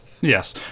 Yes